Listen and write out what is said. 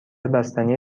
بستنی